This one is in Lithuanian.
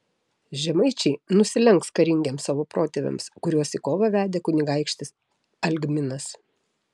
žemaičiai nusilenks karingiems savo protėviams kuriuos į kovą vedė kunigaikštis algminas